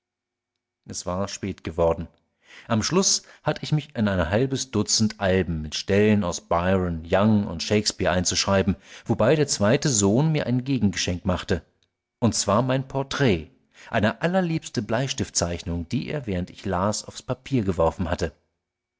es war spät geworden zum schluss hatt ich mich in ein halbes dutzend alben mit stellen aus byron young und shakespeare einzuschreiben wobei der zweite sohn mir ein gegengeschenk machte und zwar mein porträt eine allerliebste bleistiftzeichnung die er während ich las aufs papier geworfen hatte